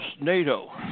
NATO –